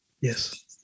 Yes